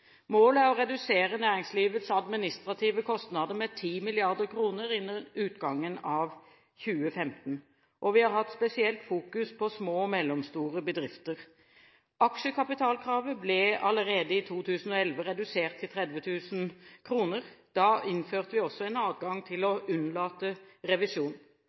Målet er å redusere næringslivets administrative kostnader med 10 mrd. kr innen utgangen av 2015, og vi har spesielt fokusert på små og mellomstore bedrifter. Aksjekapitalkravet ble allerede i 2011 redusert til 30 000 kr. Da innførte vi også en adgang til å unnlate revisjon.